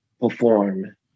perform